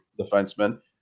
defenseman